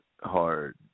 hard